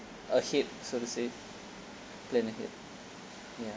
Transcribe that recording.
ahead so to say plan ahead ya